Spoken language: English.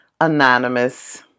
anonymous